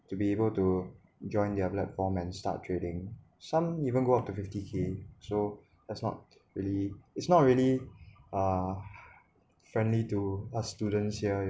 to be able to join their platform and start trading some even go up to fifty K so that's not really it's not really uh friendly to us students here